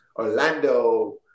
Orlando